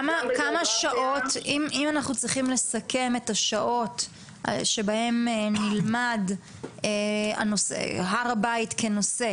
אם אנחנו צריכים לסכם את השעות שבהן נלמד הר הבית כנושא,